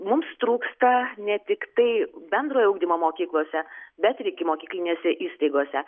mums trūksta ne tiktai bendrojo ugdymo mokyklose bet ir ikimokyklinėse įstaigose